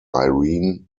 irene